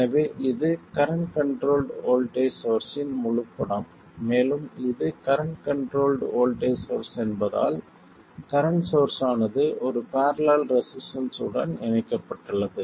எனவே இது current controlled voltage சோர்ஸ்ஸின் முழுப் படம் மேலும் இது கரண்ட் கண்ட்ரோல்ட் வோல்ட்டேஜ் சோர்ஸ் என்பதால் கரண்ட் சோர்ஸ் ஆனது ஒரு பேரலல் ரெசிஸ்டன்ஸ் உடன் இணைக்கப்பட்டுள்ளது